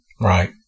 Right